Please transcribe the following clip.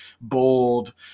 bold